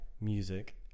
music